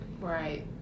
Right